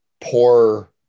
poor